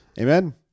Amen